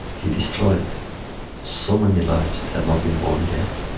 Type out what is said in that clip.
he destroyed so many lives that had not been born yet.